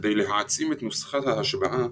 כדי להעצים את נוסחת ההשבעה,